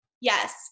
yes